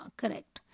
correct